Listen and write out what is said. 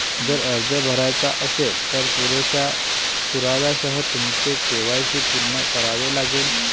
जर अर्ज भरायचा असेल, तर पुरेशा पुराव्यासह तुमचे के.वाय.सी पूर्ण करावे लागेल